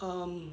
um